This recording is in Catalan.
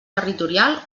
territorial